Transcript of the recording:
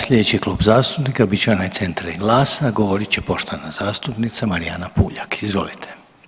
Slijedeći Klub zastupnika bit će onaj Centra i GLAS-a, a govorit će poštovana zastupnica Marijana Puljak, izvolite.